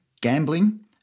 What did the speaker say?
gambling